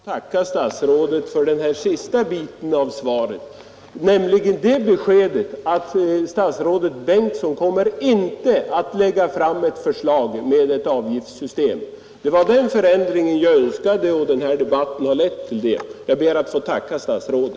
Herr talman! Då ber jag att få tacka statsrådet för den här sista biten av svaret, nämligen beskedet att statsrådet Bengtsson inte kommer att lägga fram ett förslag med ett avgiftssystem. Det var den förändring jag önskade, och den här debatten har lett till detta klarläggande.